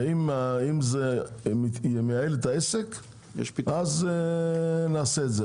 אם זה מייעל את העסק אז נעשה את זה.